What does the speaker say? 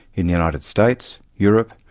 in the united states, europe,